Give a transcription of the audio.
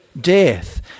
death